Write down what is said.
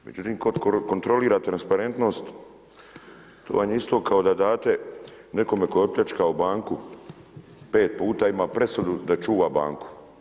Međutim tko kontrolira transparentnost, to vam je isto kao da date nekome tko je opljačkao banku, 5 puta ima presudu da čuva banku.